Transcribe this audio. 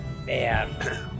man